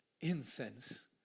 incense